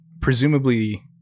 Presumably